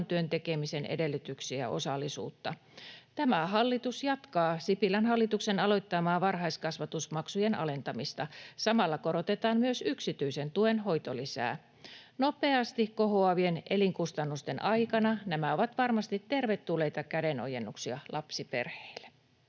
työn tekemisen edellytyksiä ja osallisuutta. Tämä hallitus jatkaa Sipilän hallituksen aloittamaa varhaiskasvatusmaksujen alentamista. Samalla korotetaan myös yksityisen tuen hoitolisää. Nopeasti kohoavien elinkustannusten aikana nämä ovat varmasti tervetulleita kädenojennuksia lapsiperheille.